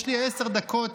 יש לי עשר דקות,